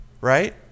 right